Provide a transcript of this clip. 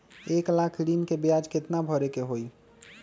एक लाख ऋन के ब्याज केतना भरे के होई?